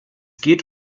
geht